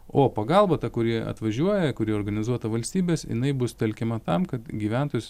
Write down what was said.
o pagalba ta kuri atvažiuoja kuri organizuota valstybės jinai bus telkiama tam kad gyventojus